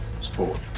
sport